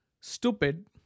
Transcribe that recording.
stupid